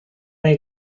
niej